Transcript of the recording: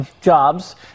jobs